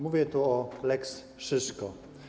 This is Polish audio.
Mówię tu o lex Szyszko.